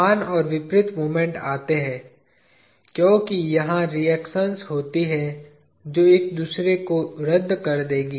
समान और विपरीत मोमेंट आते हैं क्योंकि यहां रिएक्शंस होती हैं जो एक दूसरे को रद्द कर देंगी